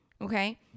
Okay